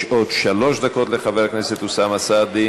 יש עוד שלוש דקות לחבר הכנסת אוסאמה סעדי.